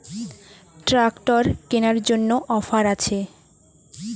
Tractor কেনার জন্য offer আছে?